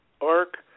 arc